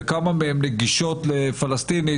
וכמה מהן נגישות לפלשתיני.